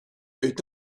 est